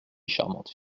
charmante